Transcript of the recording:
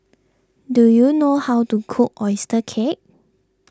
do you know how to cook Oyster Cake